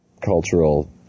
cultural